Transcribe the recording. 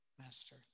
master